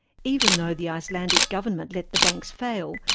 even though the icelandic government let the banks fail,